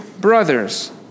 brothers